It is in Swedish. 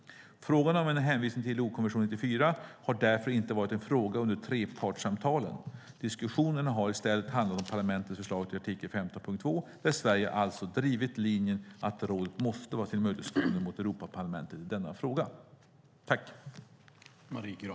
Frågan om en hänvisning till ILO-konvention 94 har därför inte varit en fråga under trepartssamtalen. Diskussionerna har i stället handlat om parlamentets förslag till artikel 15.2 där Sverige alltså drivit linjen att rådet måste vara tillmötesgående mot Europaparlamentet i denna fråga.